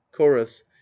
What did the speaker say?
chorus